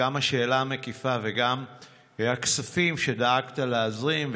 גם השאלה המקיפה וגם הכספים שדאגת להזרים,